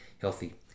healthy